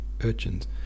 urchins